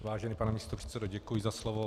Vážený pane místopředsedo, děkuji za slovo.